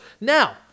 now